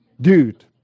Dude